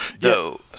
No